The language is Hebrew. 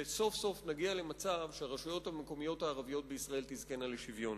וסוף-סוף נגיע למצב שהרשויות המקומיות הערביות בישראל תזכינה לשוויון.